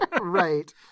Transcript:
Right